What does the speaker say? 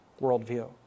worldview